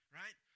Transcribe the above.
right